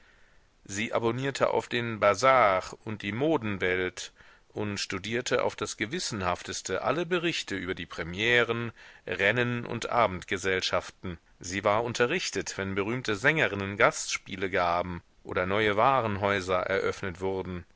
sie abonnierte auf den bazar und die modenwelt und studierte auf das gewissenhafteste alle berichte über die premieren rennen und abendgesellschaften sie war unterrichtet wenn berühmte sängerinnen gastspiele gaben oder neue warenhäuser eröffnet wurden